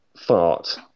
fart